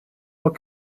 what